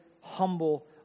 humble